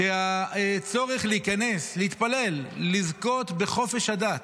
והצורך להיכנס להתפלל, לזכות בחופש הדת,